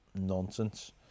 nonsense